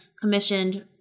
commissioned